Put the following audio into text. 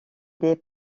des